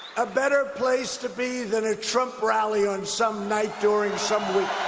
a better place to be than a trump rally on some night during some week?